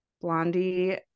Blondie